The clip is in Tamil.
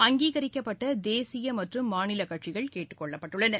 அங்கீகரிக்கப்பட்ட தேசிய மற்றும் மாநில கட்சிகள் கேட்டுக் கொள்ளப்பட்டுள்ளன